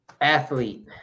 athlete